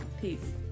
Peace